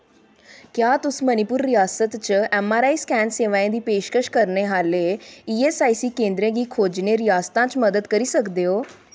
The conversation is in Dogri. क्या तुस मणिपुर रियासता च ऐम्मआरआई स्कैन सेवाएं दी पेशकश करने आह्ले ईऐस्सआईसी केंदरें गी खोजने रियासता च मदद करी सकदे ओ